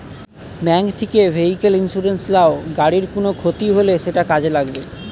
bank থিকে vehicle insurance লাও, গাড়ির কুনো ক্ষতি হলে সেটা কাজে লাগবে